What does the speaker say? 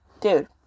Dude